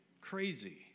crazy